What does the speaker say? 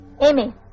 Amy